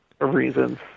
reasons